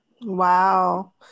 Wow